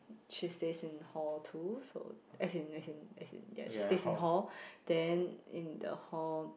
she stays in hall too so as in as in as in yes she stays in hall then in the hall